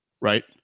right